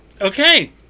Okay